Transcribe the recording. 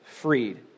freed